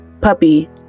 puppy